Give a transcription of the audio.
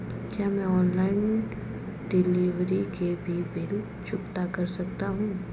क्या मैं online delivery के भी बिल चुकता कर सकता हूँ?